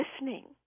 listening